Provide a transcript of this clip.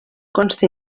conste